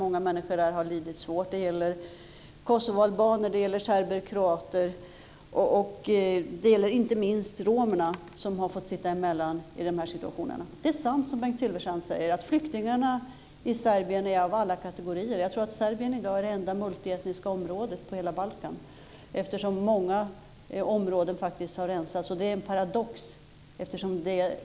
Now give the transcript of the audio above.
Många människor har lidit svårt. Det gäller kosovoalbaner, serber, kroater, och det gäller inte minst romerna som har suttit emellan i dessa situationer. Det är sant som Bengt Silfverstrand säger, nämligen att flyktingarna är av alla kategorier. Serbien är i dag det enda multietniska området på Balkan. Många områden har rensats. Det är en paradox.